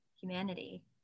humanity